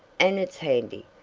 and it's handy.